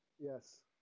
Yes